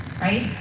right